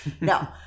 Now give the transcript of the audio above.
No